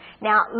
now